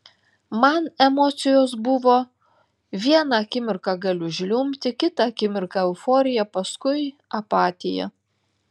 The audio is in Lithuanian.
man emocijos buvo vieną akimirką galiu žliumbti kitą akimirką euforija paskui apatija